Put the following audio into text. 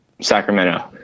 Sacramento